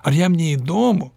ar jam neįdomu